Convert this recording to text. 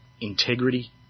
integrity